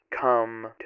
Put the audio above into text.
come